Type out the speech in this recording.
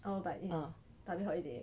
oh but it's public holiday